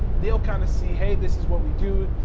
they'll kind of see, hey, this is what we do.